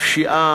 הפשיעה,